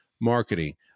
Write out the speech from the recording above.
marketing